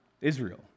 Israel